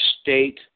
state